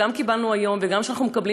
גם אלה שקיבלנו היום וגם אלה שאנחנו מקבלים